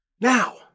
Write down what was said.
Now